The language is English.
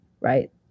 right